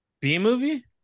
B-movie